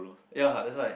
ya that's why